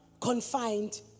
confined